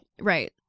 Right